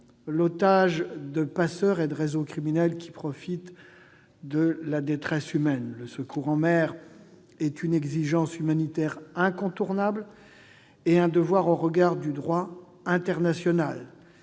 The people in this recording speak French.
l'otage de passeurs et de réseaux criminels qui profitent de la détresse humaine. Le secours en mer est une exigence humanitaire incontournable et un devoir au regard du droit international,